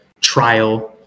trial